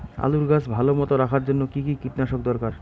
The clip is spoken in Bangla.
আলুর গাছ ভালো মতো রাখার জন্য কী কী কীটনাশক দরকার?